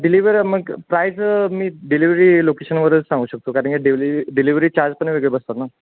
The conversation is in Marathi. डिलिवर मग प्राईज मी डिलिवरी लोकेशनवरच सांगू शकतो कारण की डिली डिलिवरी चार्ज पण वेगळं बसतात ना